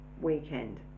weekend